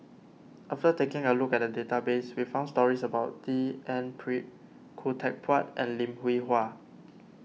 after taking a look at the database we found stories about D N Pritt Khoo Teck Puat and Lim Hwee Hua